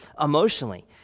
emotionally